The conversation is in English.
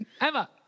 Emma